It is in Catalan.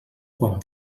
quan